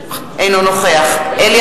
אינו נוכח אלי